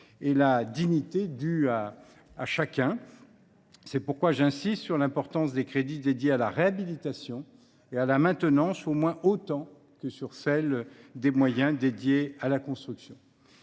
et la dignité dus à chacun. C’est pourquoi j’insiste sur l’importance des crédits dédiés à la réhabilitation et à la maintenance au moins autant que sur celle des moyens alloués à la construction.